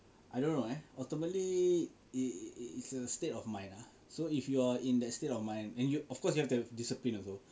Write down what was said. I don't know eh ultimately it is a state of mind lah so if you are in that state of mind and you of course you have to have discipline also